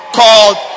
called